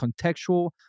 contextual